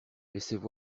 laissaient